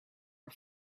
are